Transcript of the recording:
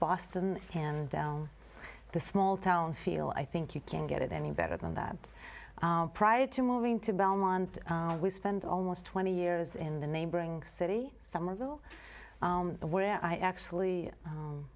boston and the small town feel i think you can get it any better than that prior to moving to belmont we spent almost twenty years in the neighboring city somerville where i actually